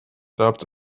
doubts